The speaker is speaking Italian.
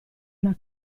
una